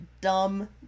dumb